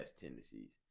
tendencies